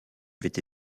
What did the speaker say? avaient